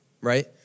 right